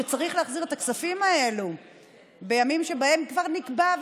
כשצריך להחזיר את הכספים האלה בימים שבהם כבר נקבע,